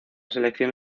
selección